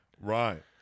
Right